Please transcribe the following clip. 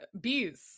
bees